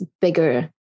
bigger